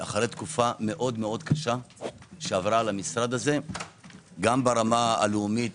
אחרי תקופה מאוד קשה שעברה על המשרד הזה גם ברמה הלאומית